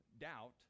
doubt